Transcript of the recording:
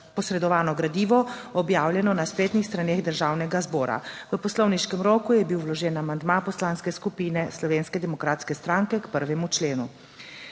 posredovano gradivo, objavljeno na spletnih straneh Državnega zbora. V poslovniškem roku je bil vložen amandma Poslanske skupine Slovenske demokratske stranke k 1. členu.